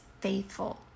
faithful